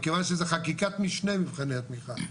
מכיוון שזו חקיקת משנה מבחני התמיכה,